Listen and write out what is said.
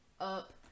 Up